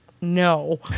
no